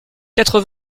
quatre